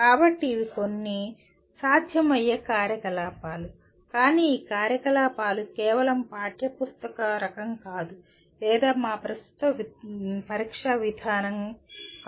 కాబట్టి ఇవి కొన్ని సాధ్యమయ్యే కార్యకలాపాలు కానీ ఈ కార్యకలాపాలు కేవలం పాఠ్యపుస్తక రకం కాదు లేదా మా ప్రస్తుత పరీక్షా విధానం కాదు